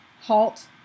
halt